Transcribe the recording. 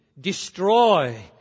destroy